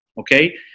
Okay